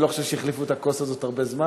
אני לא חושב שהחליפו את הכוס הזאת הרבה זמן,